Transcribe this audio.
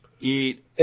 Eat